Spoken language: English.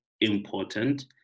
important